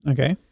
Okay